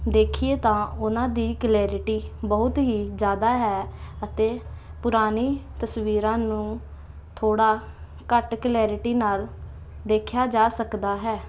ਦੇਖੀਏ ਤਾਂ ਉਹਨਾਂ ਦੀ ਕਲੈਰਿਟੀ ਬਹੁਤ ਹੀ ਜ਼ਿਆਦਾ ਹੈ ਅਤੇ ਪੁਰਾਣੇ ਤਸਵੀਰਾਂ ਨੂੰ ਥੋੜ੍ਹਾ ਘੱਟ ਕਲੈਰਿਟੀ ਨਾਲ ਦੇਖਿਆ ਜਾ ਸਕਦਾ ਹੈ